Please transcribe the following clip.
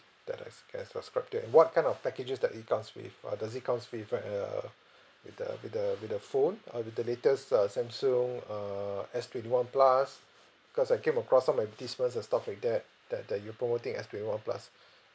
that I can subscribed to and what kind of packages that it comes with uh does it comes with a uh with a with a with a phone or the the latest uh samsung err S twenty one plus because I came across some advertisements and stuff that that that you're promoting S twenty one plus